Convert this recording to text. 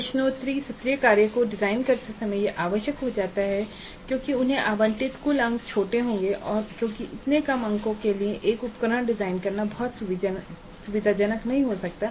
प्रश्नोत्तरी और सत्रीय कार्यों को डिजाइन करते समय यह आवश्यक हो जाता है क्योंकि उन्हें आवंटित कुल अंक छोटे होंगे और इतने कम अंकों के लिए एक उपकरण डिजाइन करना बहुत सुविधाजनक नहीं हो सकता है